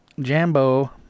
jambo